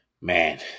Man